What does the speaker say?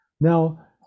Now